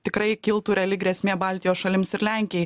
tikrai kiltų reali grėsmė baltijos šalims ir lenkijai